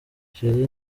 chili